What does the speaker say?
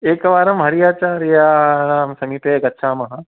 एकवारं हरि आचार्यानां समीपे गच्छामः